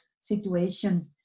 situation